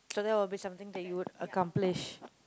so that will be something that you would accomplish